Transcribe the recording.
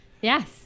Yes